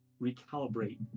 recalibrate